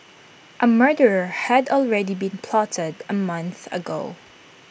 A murder had already been plotted A month ago